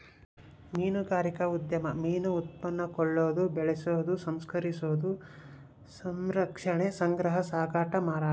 ಮೀನುಗಾರಿಕಾ ಉದ್ಯಮ ಮೀನು ಉತ್ಪನ್ನ ಕೊಳ್ಳೋದು ಬೆಕೆಸೋದು ಸಂಸ್ಕರಿಸೋದು ಸಂರಕ್ಷಣೆ ಸಂಗ್ರಹ ಸಾಗಾಟ ಮಾರಾಟ